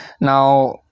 now